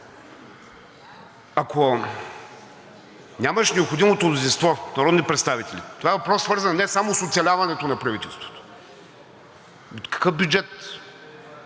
Ако нямаш необходимото мнозинство народни представители, това е въпрос, свързан не само с оцеляването на правителството – какъв бюджет